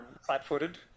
Flat-footed